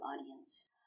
audience